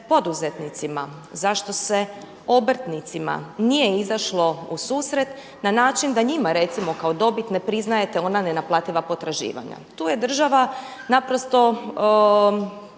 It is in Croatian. poduzetnicima, zašto se obrtnicima nije izašlo u susret na način da njima recimo kao dobit ne priznajete ona nenaplativa potraživanja. Tu je država naprosto